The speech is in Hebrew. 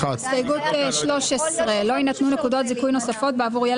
הסתייגות 13. "לא יינתנו נקודות זיכוי נוספות בעבור ילד